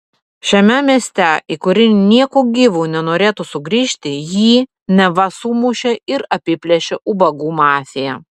šiame mieste į kurį nieku gyvu nenorėtų sugrįžti jį neva sumušė ir apiplėšė ubagų mafija